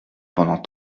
pendant